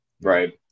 right